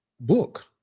book